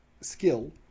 skill